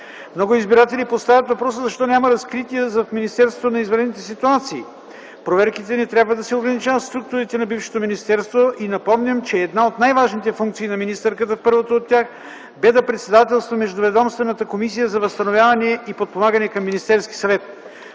Много избиратели поставят въпроса защо няма разкрития в Министерството на извънредните ситуации. Проверките не трябва да се ограничават в структурите на бившето министерство и напомням, че една от най-важните функции на министърката в първото от тях бе да председателства Междуведомствената комисия за възстановяване и подпомагане към Министерския съвет.